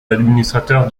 administrateur